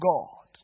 God